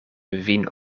vin